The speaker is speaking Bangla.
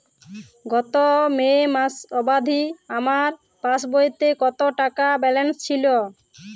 গত মে মাস অবধি আমার পাসবইতে কত টাকা ব্যালেন্স ছিল?